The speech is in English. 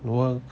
work